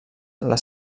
les